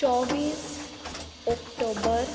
चोवीस ओक्टोबर